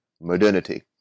modernity